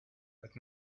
but